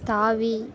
தாவி